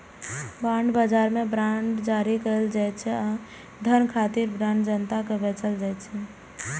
bond बाजार मे bond जारी कैल जाइ छै आ धन खातिर बांड जनता कें बेचल जाइ छै